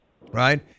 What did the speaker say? right